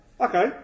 Okay